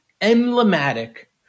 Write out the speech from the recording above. emblematic